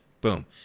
Boom